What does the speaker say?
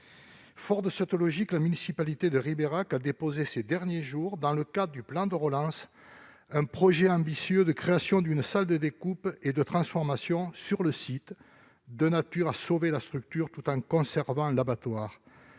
Forte de cette logique, la municipalité de Ribérac a déposé ces derniers jours, dans le cadre du plan de relance, un projet ambitieux de création d'une salle de découpe et de transformation sur le site, de nature à sauver la structure tout en conservant l'abattoir.